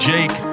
Jake